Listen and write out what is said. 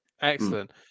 excellent